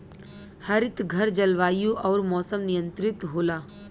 हरितघर जलवायु आउर मौसम नियंत्रित होला